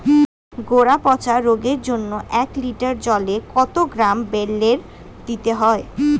গোড়া পচা রোগের জন্য এক লিটার জলে কত গ্রাম বেল্লের দিতে হবে?